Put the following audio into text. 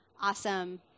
awesome